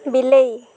ବିଲେଇ